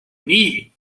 nii